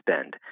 spend